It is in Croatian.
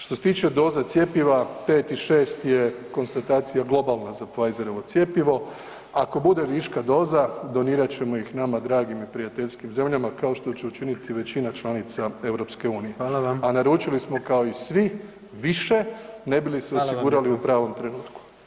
Što se tiče doza cjepiva, 5.6. konstatacija globalna za Pfizerovo cjepivo, ako bude viška doza, donirat ćemo ih nama dragim i prijateljskim zemljama kao što će učiniti većina članica EU-a [[Upadica predsjednik: Hvala vam.]] A naručili smo kao i svi više ne bi li se osigurali u pravom trenutku.